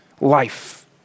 life